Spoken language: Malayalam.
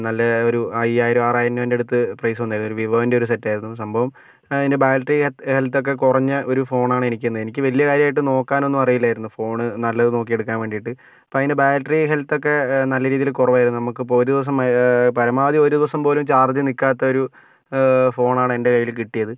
നല്ല ഒരു അയ്യായിരം ആറായിരം രൂപേൻ്റെ അടുത്ത് പ്രൈസ് വന്നേനു ഒരു വിവോൻ്റെ ഒരു സെറ്റായിരുന്നു സംഭവം അതിൻ്റെ ബാറ്ററി ഹെൽതൊക്കെ കുറഞ്ഞ ഒരു ഫോണാണ് എനിക്ക് തന്നത് എനിക്ക് വലിയ കാര്യമായിട്ട് നോക്കാനൊന്നും അറിയില്ലായിരുന്നു ഫോൺ നല്ലത് നോക്കി എടുക്കാൻ വേണ്ടിയിട്ട് അപ്പോൾ അതിൻ്റെ ബാറ്ററി ഹെൽത്തൊക്കെ നല്ല രീതിയിൽ കുറവായിരുന്ന നമുക്കിപ്പോൾ ഒരു ദിവസം പരമാവധി ഒരു ദിവസം പോലും ചാർജ് നിൽക്കാത്ത ഒരു ഫോണാണ് എൻ്റെ കയ്യിൽ കിട്ടിയത്